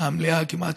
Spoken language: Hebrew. המליאה כמעט